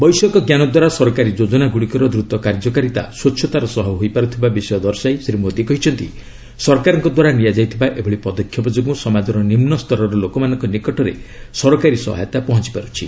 ବୈଷୟିକଞ୍ଜାନ ଦ୍ୱାରା ସରକାରୀ ଯୋଜନାଗୁଡ଼ିକର ଦ୍ରୁତ କାର୍ଯ୍ୟକାରୀତା ସ୍ୱଚ୍ଚତାର ସହ ହୋଇପାରୁଥିବା ବିଷୟ ଦର୍ଶାଇ ଶ୍ରୀ ମୋଦୀ କହିଛନ୍ତି ସରକାରଙ୍କ ଦ୍ୱାରା ନିଆଯାଇଥିବା ଏଭଳି ପଦକ୍ଷେପ ଯୋଗୁଁ ସମାଜର ନିମ୍ବସ୍ତରର ଲୋକମାନଙ୍କ ନିକଟରେ ସରକାରୀ ସହାୟତା ପହଞ୍ଚି ପାରୁଛି